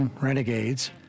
Renegades